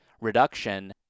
reduction